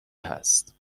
هست